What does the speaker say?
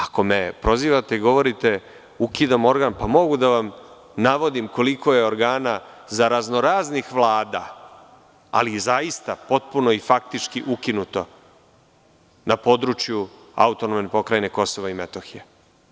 Ako me prozivate i govorite da ukidam organ, mogu da vam navodim koliko je organa za raznoraznih vlada, ali zaista potpuno i faktički ukinuto na području AP Kosovo i Metohija.